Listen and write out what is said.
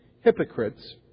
hypocrites